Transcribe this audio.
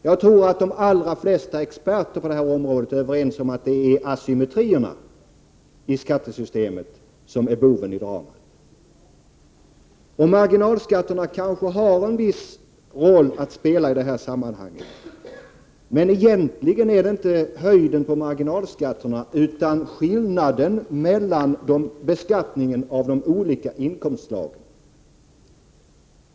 Jagtror att de allra flesta experter på det här området är överens om att det är asymmetrierna i skattesystemet som är boven i dramat. Marginalskatterna kanske har en viss roll att spela i det här sammanhanget, men egentligen är det inte höjden på marginalskatterna utan skillnaden mellan beskattningarna av de olika inkomstslagen som är avgörande.